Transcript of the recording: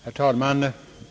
Herr talman!